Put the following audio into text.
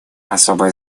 особое